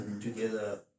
Together